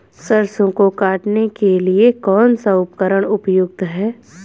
सरसों को काटने के लिये कौन सा उपकरण उपयुक्त है?